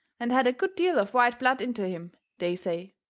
and had a good deal of white blood into him, they say.